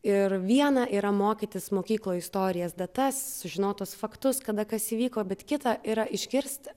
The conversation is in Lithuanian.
ir viena yra mokytis mokykloj istorijas datas sužinot tuos faktus kada kas įvyko bet kita yra išgirsti